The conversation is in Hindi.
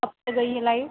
कब से गई है लाइट